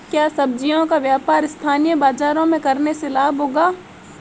क्या सब्ज़ियों का व्यापार स्थानीय बाज़ारों में करने से लाभ होगा?